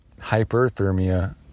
hyperthermia